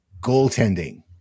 goaltending